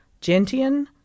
Gentian